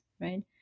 right